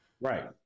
right